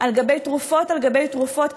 על גבי תרופות על גבי תרופות,